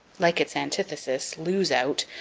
like its antithesis, lose out,